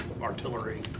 artillery